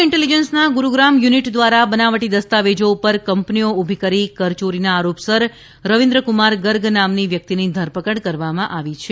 ઈન્ટેલિજન્સના Gurugram unit દ્વારા બનાવટી દસ્તાવેજો પર કંપનીઓ ઉભી કરી કરચોરીના આરોપસર રવિન્દ્રકુમાર ગર્ગ નામની વ્યક્તિની ધરપકડ કરવામાં આવી છે